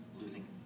losing